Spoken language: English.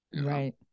right